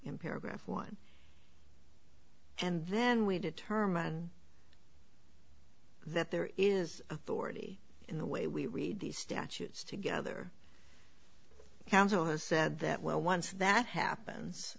in paragraph one and then we determine that there is authority in the way we read these statutes together houser has said that well once that happens